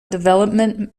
development